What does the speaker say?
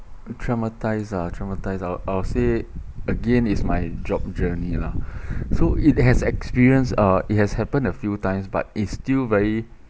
traumatized uh traumatize I'll I'll say again is my job journey lah so it has experienced uh it has happened a few times but it's still very